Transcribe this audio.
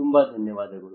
ತುಂಬ ಧನ್ಯವಾದಗಳು